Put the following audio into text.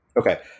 Okay